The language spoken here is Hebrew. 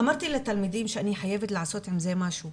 אמרתי לתלמידים שאני חייבת לעשות עם זה משהו.